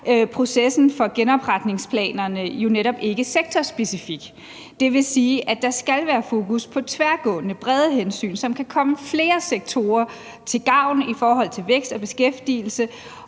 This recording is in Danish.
processen for genopretningsplanerne jo netop ikke sektorspecifik. Det vil sige, at der skal være fokus på tværgående, brede hensyn, som kan komme flere sektorer til gavn i forhold til vækst og beskæftigelse,